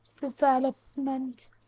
development